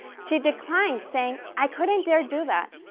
she declined saying, i couldn't dare do that,